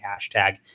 hashtag